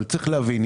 אבל צריך להבין,